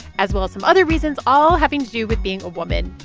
as well as some other reasons, all having to do with being a woman,